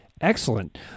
excellent